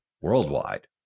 worldwide